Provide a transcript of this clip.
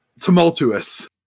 tumultuous